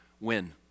win